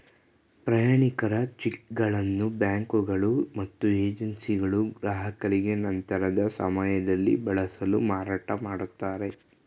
ಪ್ರಯಾಣಿಕರ ಚಿಕ್ಗಳನ್ನು ಬ್ಯಾಂಕುಗಳು ಮತ್ತು ಏಜೆನ್ಸಿಗಳು ಗ್ರಾಹಕರಿಗೆ ನಂತರದ ಸಮಯದಲ್ಲಿ ಬಳಸಲು ಮಾರಾಟಮಾಡುತ್ತದೆ